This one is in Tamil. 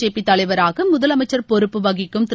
ஜேபி தலைவராக முதலமைச்சர் பொறுப்பு வகிக்கும் திரு